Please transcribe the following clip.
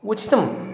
उचितं